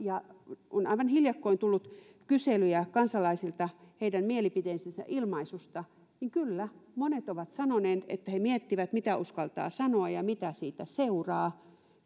kun on aivan hiljakkoin tullut kyselyjä kansalaisilta heidän mielipiteidensä ilmaisusta niin kyllä monet ovat sanoneet että he miettivät mitä uskaltaa sanoa ja mitä siitä seuraa